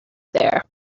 there